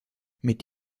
mit